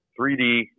3D